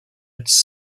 its